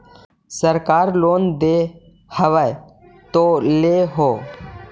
सरकार लोन दे हबै तो ले हो?